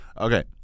okay